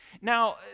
Now